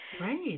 right